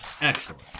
excellent